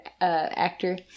actor